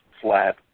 flat